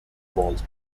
volte